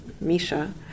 Misha